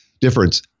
difference